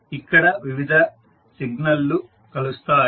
ఇక్కడ వివిధ సిగ్నల్ లు కలుస్తాయి